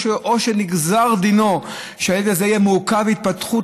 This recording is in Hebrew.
או שנגזר דינו שהילד הזה יהיה מעוכב התפתחות,